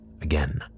again